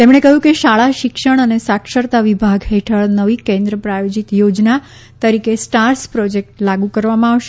તેમણે કહ્યું કે શાળા શિક્ષણ અને સાક્ષરતા વિભાગ હેઠળ નવી કેન્દ્ર પ્રાયોજિત યોજના તરીકે સ્ટાર્સ પ્રોજેક્ટ લાગુ કરવામાં આવશે